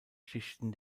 schichten